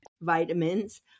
vitamins